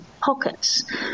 pockets